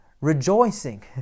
rejoicing